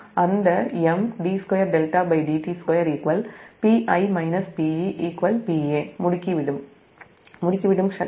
அந்த M d2δdt2 Pi PePa முடுக்கிவிடும் சக்தி